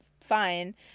fine